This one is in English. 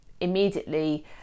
immediately